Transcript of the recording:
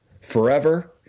Forever